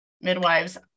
midwives